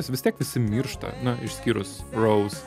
nes vis tiek visi miršta na išskyrus rose